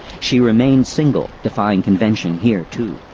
she remained single, defying convention here too.